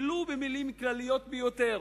ולו במלים כלליות ביותר,